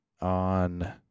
on